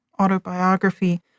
autobiography